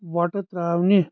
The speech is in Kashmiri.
وۄٹہٕ ترٛاونہِ